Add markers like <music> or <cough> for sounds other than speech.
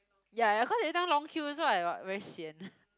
ya ya cause everytime long queue so I like very sian <laughs>